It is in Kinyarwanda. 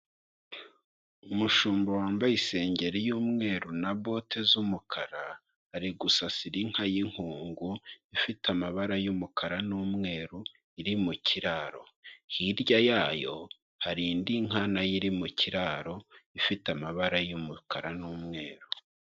Umushumba wambaye isengeri y'umweru na bote z'umukara, ari gusasira inka y'inkungu ifite amabara y'umukara n'umweru iri mu kiraro, hirya yayo hari indi nka nayo iri mu kiraro ifite amabara y'umukara n'umweru.